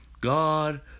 God